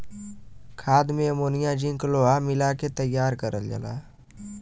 खाद में ammonia zinc लोहा मिला के तैयार करल जाला